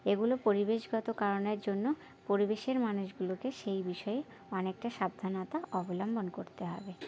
এগুলো পরিবেশগত কারণের জন্য পরিবেশের মানুষগুলোকে সেই বিষয়ে অনেকটা সাবধানতা অবলম্বন করতে হবে